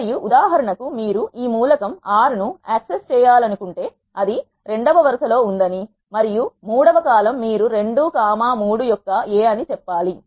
మరియు ఉదాహరణకు మీరు ఈ మూలకం 6 ను యాక్సెస్ చేయాలనుకుంటే అది ఇది రెండవ వరుసలో ఉందని మరియు మూడవ కాలమ్ మీరు 2 కామా 3 యొక్క A అని చెప్పాలి